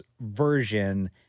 version